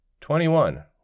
Twenty-one